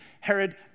Herod